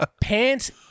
Pants